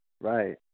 right